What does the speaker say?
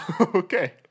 Okay